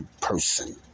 person